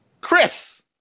Chris